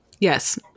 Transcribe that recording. Yes